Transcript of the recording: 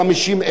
150?